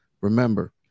remember